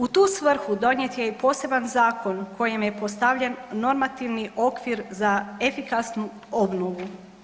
U tu svrhu donijet je i poseban zakon kojim je postavljen normativni okvir za efikasnu obnovu.